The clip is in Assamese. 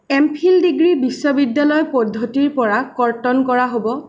এম ফিল ডিগ্ৰী বিশ্ববিদ্যালয়ৰ পদ্ধতিৰ পৰা কৰ্তন কৰা হ'ব